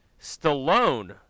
Stallone